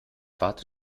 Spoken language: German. warte